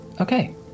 Okay